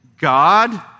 God